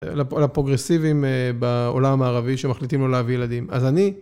לפרוגרסיבים בעולם הערבי שמחליטים לא להביא ילדים, אז אני